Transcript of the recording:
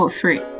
three